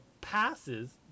passes